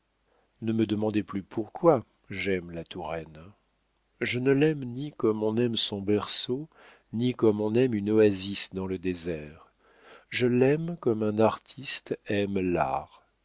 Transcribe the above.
ne me demandez plus pourquoi j'aime la touraine je ne l'aime ni comme on aime son berceau ni comme on aime une oasis dans le désert je l'aime comme un artiste aime l'art